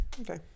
Okay